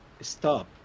stop